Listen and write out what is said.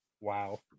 Wow